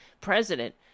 president